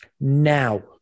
now